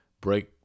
break